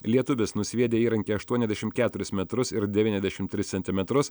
lietuvis nusviedė įrankį aštuoniasdešim keturis metrus ir devyniasdešim tris centimetrus